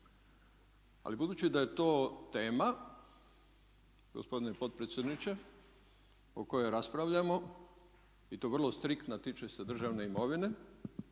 Ali budući da je to tema gospodine potpredsjedniče o kojoj raspravljamo i to vrlo striktna, tiče se državne imovine